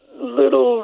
Little